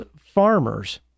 farmers